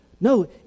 no